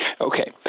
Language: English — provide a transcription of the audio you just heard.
Okay